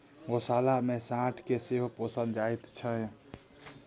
गोशाला मे साँढ़ के सेहो पोसल जाइत छै